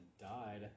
died